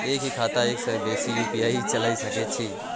एक ही खाता सं एक से बेसी यु.पी.आई चलय सके छि?